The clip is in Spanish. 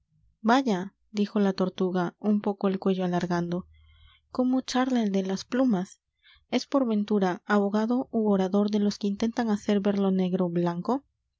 vaya dijo la tortuga un poco el cuello alargando cómo charla el de las plumas e s por ventura abogado ú orador de los que intentan hacer ver lo negro blanco